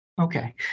Okay